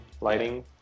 lighting